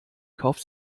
kauft